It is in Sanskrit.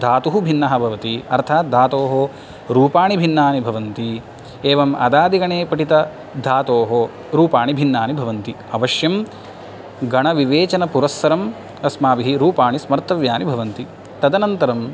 धातुः भिन्नः भवति अर्थात् दातोः रूपाणि भिन्नानि भवन्ति एवं अदादिगणे पठिता धातोः रूपाणि भिन्नानि भवन्ति अवश्यं गणविवेचन पुरस्सरम् अस्माभिः रूपाणि स्मर्तव्यानि भवन्ति तदनन्तरं